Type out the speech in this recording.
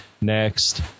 Next